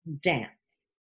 dance